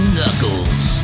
Knuckles